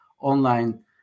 online